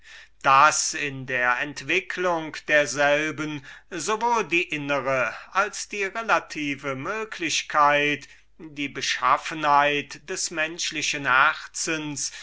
hergenommen in der entwicklung derselben so wohl die innere als die relative möglichkeit die beschaffenheit des menschlichen herzens